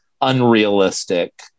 unrealistic